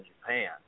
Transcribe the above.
Japan